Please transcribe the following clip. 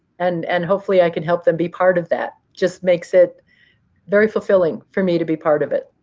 and and hopefully i can help them be part of that. just makes it very fulfilling for me to be part of it.